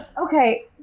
Okay